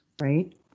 Right